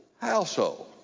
household